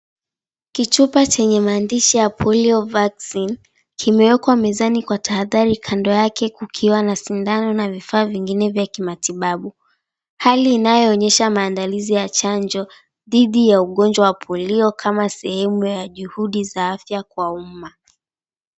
Kichupa chenye maandishi ya Polio Vaccine kimewekwa mezani kwa tahadhari kando yake kukiwa na sindano na vifaa vingine vya kimatibabu, hali inayoonyesha maandalizi ya chanjo dhidi ya ugonjwa wa Polio kama sehemu ya juhudi za afya kwa umma.